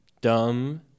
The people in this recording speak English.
dumb